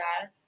guys